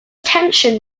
tension